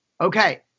Okay